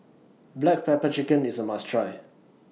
Black Pepper Chicken IS A must Try